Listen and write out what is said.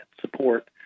support